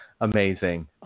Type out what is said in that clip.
Amazing